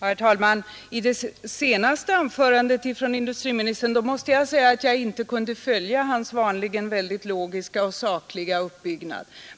Herr talman! Industriministerns anföranden är vanligen väldigt logiska och sakligt uppbyggda, men jag måste säga att jag inte kunde följa honom i det senaste anförandet.